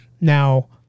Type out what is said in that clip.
Now